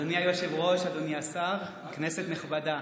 אדוני היושב-ראש, אדוני השר, כנסת נכבדה,